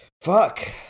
Fuck